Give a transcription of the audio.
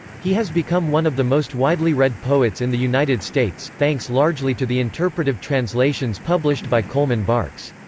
he has become one of the most widely read poets in the united states, thanks largely to the interpretative translations published by coleman barks.